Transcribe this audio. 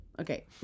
Okay